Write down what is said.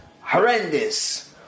horrendous